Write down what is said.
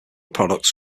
products